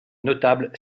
notables